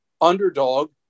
underdog